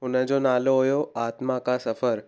उन जो नालो हुयो आत्मा का सफर